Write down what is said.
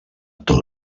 tot